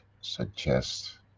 suggest